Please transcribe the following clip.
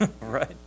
right